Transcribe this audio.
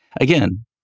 Again